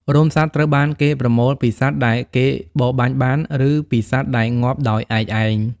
រោមសត្វត្រូវបានគេប្រមូលពីសត្វដែលគេបរបាញ់បាន ឬពីសត្វដែលងាប់ដោយឯកឯង។